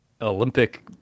Olympic